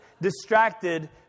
distracted